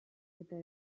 eta